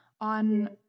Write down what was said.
on